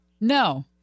No